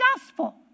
gospel